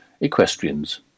equestrians